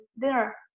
dinner